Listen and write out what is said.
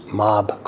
mob